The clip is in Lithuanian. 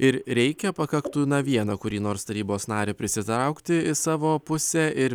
ir reikia pakaktų vieną kurį nors tarybos narį prisitraukti į savo pusę ir